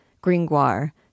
Gringoire